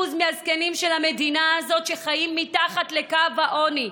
מהזקנים של המדינה הזאת שחיים מתחת לקו העוני,